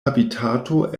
habitato